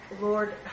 Lord